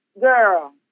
girl